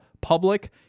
public